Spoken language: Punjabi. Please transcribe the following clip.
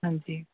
ਹਾਂਜੀ